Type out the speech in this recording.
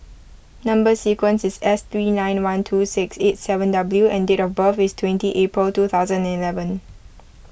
Number Sequence is S three nine one two six eight seven W and date of birth is twenty April two thousand and eleven